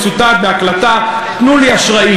מצוטט בהקלטה: "תנו לי אשראִי".